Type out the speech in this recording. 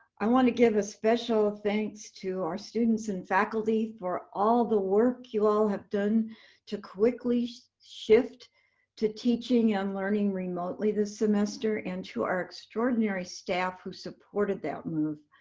i want to give a special thanks to our students and faculty for all the work you all have done to quickly shift to teaching and learning remotely this semester, and to our extraordinary staff who supported that move.